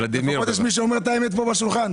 לפחות יש מי שאומר את האמת פה בשולחן.